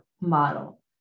model